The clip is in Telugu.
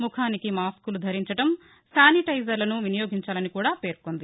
ముఖానికి మాస్కులు ధరించడం శానిటైజర్లను వినియోగించాలని కూడా పేర్కొంది